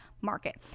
Market